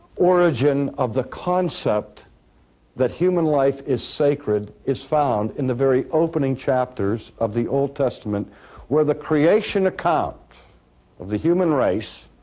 origin of the concept that human life is sacred is found in the very opening chapters of the old testament where the creation account of the human race